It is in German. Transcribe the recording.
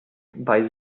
bei